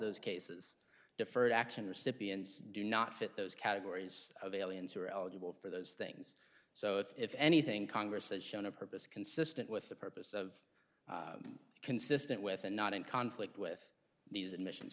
those cases deferred action recipients do not fit those categories of aliens who are eligible for those things so if anything congress has shown a purpose consistent with the purpose of consistent with and not in conflict with these admissions